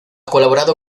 colaborado